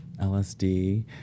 LSD